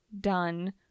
done